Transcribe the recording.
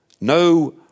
No